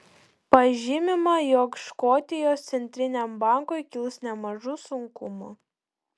pažymima jog škotijos centriniam bankui kils nemažų sunkumų